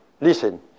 Listen